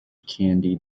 candy